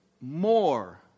more